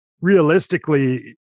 realistically